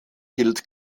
gilt